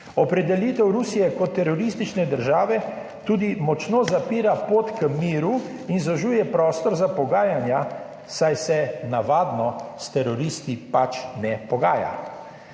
Opredelitev Rusije kot teroristične države tudi močno zapira pot k miru in zožuje prostor za pogajanja, saj se navadno s teroristi pač ne pogaja.